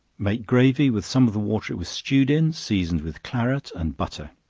make gravy with some of the water it was stewed in, seasoned with claret and butter,